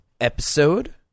episode